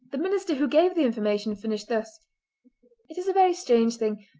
the minister who gave the information finished thus it is a very strange thing,